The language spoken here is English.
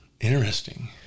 Interesting